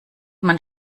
man